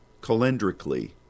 calendrically